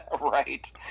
Right